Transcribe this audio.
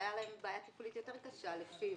אני אתייחס לנושא התקציבי.